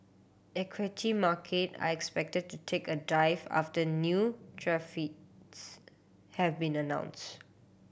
equity market are expected to take a dive after new tariffs have been announce